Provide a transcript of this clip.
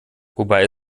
wobei